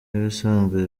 ibisanzwe